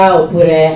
oppure